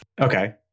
Okay